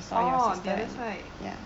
oh the other side